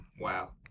wow